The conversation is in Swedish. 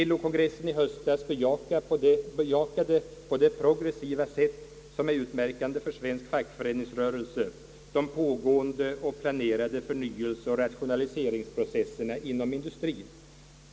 LO-kongressen i höstas bejakade på det progressiva sätt som är utmärkande för svensk fackföreningsrörelse de pågående och planerade förnyelseoch rationaliseringsprocesserna inom industrien.